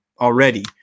already